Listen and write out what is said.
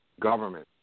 government